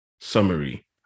summary